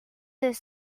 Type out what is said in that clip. deux